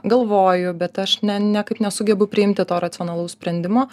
galvoju bet aš ne niekaip nesugebu priimti to racionalaus sprendimo